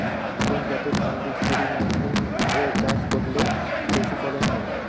কোন জাতের ধানবীজ খরিপ মরসুম এ চাষ করলে বেশি ফলন হয়?